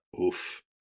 Oof